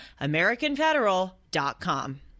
AmericanFederal.com